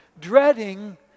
Dreading